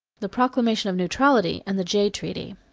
the proclamation of neutrality and the jay treaty.